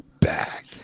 back